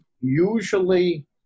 usually